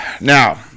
Now